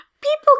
People